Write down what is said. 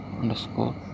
underscore